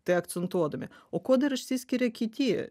tai akcentuodami o kuo dar išsiskiria kiti